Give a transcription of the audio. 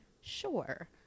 Sure